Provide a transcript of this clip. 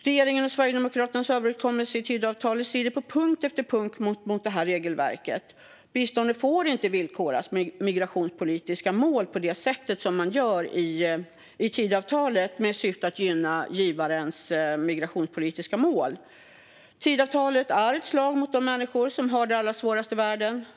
Regeringens och Sverigedemokraternas överenskommelse i Tidöavtalet strider på punkt efter punkt mot detta regelverk. Biståndet får inte villkoras med migrationspolitiska mål på det sätt som görs i Tidöavtalet med syfte att gynna givarens migrationspolitiska mål. Tidöavtalet är ett slag mot de människor som har det allra svårast i världen.